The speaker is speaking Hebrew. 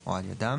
או על ידם"".